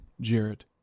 Jarrett